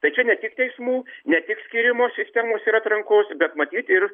tai čia ne tik teismų ne tik skyrimo sistemos ir atrankos bet matyt ir